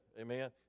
Amen